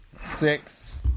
Six